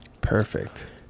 perfect